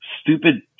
stupid